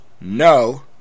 No